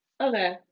Okay